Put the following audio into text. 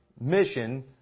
mission